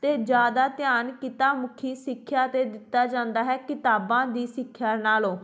ਅਤੇ ਜ਼ਿਆਦਾ ਧਿਆਨ ਕਿੱਤਾ ਮੁਖੀ ਸਿੱਖਿਆ 'ਤੇ ਦਿੱਤਾ ਜਾਂਦਾ ਹੈ ਕਿਤਾਬਾਂ ਦੀ ਸਿੱਖਿਆ ਨਾਲੋਂ